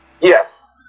Yes